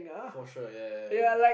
for sure ya ya ya ya